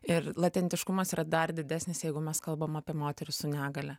ir latentiškumas yra dar didesnis jeigu mes kalbam apie moteris su negalia